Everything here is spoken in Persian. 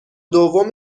دوم